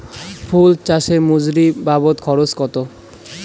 ফুল চাষে মজুরি বাবদ খরচ কত?